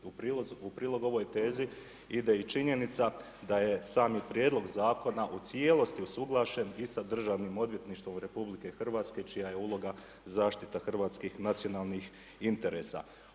U prilog ovoj tezi ide i činjenica da je sami prijedlog zakona u cijelosti usuglašen i sa državnim odvjetništvom RH, čija je uloga zaštita hrvatskih nacionalnih interesa.